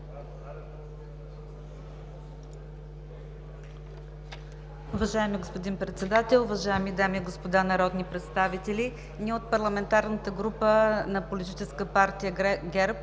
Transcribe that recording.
Уважаеми господин Председател, уважаеми дами и господа народни представители! Ние от парламентарната група на Политическа партия ГЕРБ